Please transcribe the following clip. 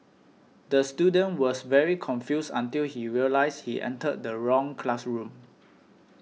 the student was very confused until he realised he entered the wrong classroom